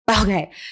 Okay